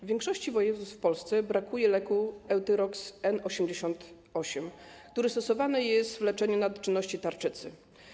W większości województw w Polsce brakuje leku euthyrox N 88, który stosowany jest w leczeniu nadczynności tarczycy.